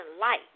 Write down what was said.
light